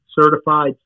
Certified